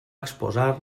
exposar